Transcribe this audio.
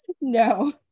No